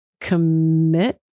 commit